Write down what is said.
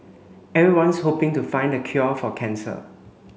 everyone's hoping to find the cure for cancer